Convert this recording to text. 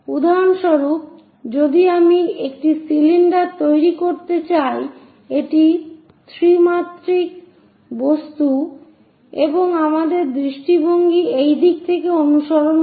উদাহরণস্বরূপ যদি আমি একটি সিলিন্ডার তৈরি করতে চাই এটি 3 মাত্রিক বস্তু এবং আমাদের দৃষ্টিভঙ্গি এই দিক থেকে অনুসরণ করে